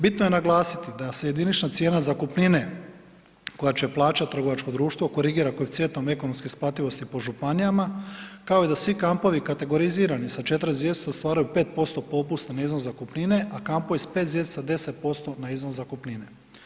Bitno je naglasiti da se jedinična cijena zakupnine koja će plaćat trgovačko društvo, korigira koeficijentom ekonomske isplativosti po županijama kao i da svi kampovi kategorizirani sa 4 zvjezdice ostvaruju 5% popusta na iznos nekretnine, a kampovi sa 5 zvjezdica 10% na iznos zakupnine.